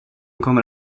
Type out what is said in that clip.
kommer